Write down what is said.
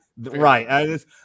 Right